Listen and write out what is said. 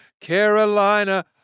Carolina